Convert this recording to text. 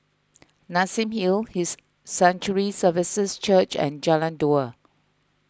Nassim Hill His Sanctuary Services Church and Jalan Dua